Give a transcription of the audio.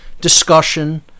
discussion